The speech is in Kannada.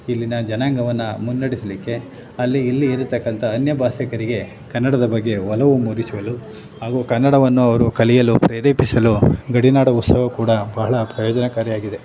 ಇಲ್ಲಿನ ಜನಾಂಗವನ್ನು ಮುನ್ನಡೆಸಲಿಕ್ಕೆ ಅಲ್ಲಿ ಇಲ್ಲಿ ಇರತಕ್ಕಂಥ ಅನ್ಯ ಭಾಷಿಕರಿಗೆ ಕನ್ನಡದ ಬಗ್ಗೆ ಒಲವು ಮೂಡಿಸಲು ಹಾಗೂ ಕನ್ನಡವನ್ನು ಅವರು ಕಲಿಯಲು ಪ್ರೇರೇಪಿಸಲು ಗಡಿನಾಡ ಉತ್ಸವ ಕೂಡ ಬಹಳ ಪ್ರಯೋಜನಕಾರಿಯಾಗಿದೆ